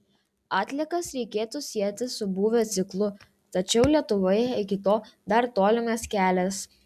atliekas reikėtų sieti su būvio ciklu tačiau lietuvoje iki to dar tolimas kelias